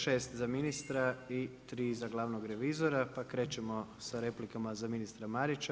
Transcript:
Šest za ministra i tri za glavnog revizora, pa krećemo sa replikama za ministra Marića.